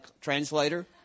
translator